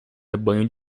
rebanho